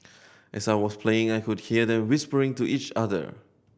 as I was playing I could hear them whispering to each other